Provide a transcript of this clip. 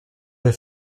vais